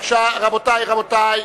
רבותי,